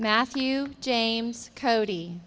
matthew james cody